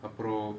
அப்புறம்:appuram